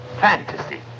fantasy